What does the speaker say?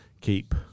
keep